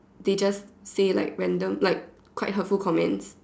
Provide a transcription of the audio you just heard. they just say like random like quite hurtful comments